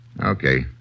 Okay